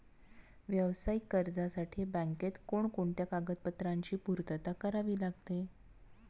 व्यावसायिक कर्जासाठी बँकेत कोणकोणत्या कागदपत्रांची पूर्तता करावी लागते?